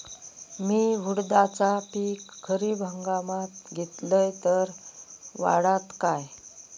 मी उडीदाचा पीक खरीप हंगामात घेतलय तर वाढात काय?